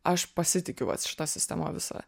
aš pasitikiu vat šita sistema visa